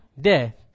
death